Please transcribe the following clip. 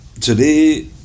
today